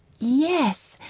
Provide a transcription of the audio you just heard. yes,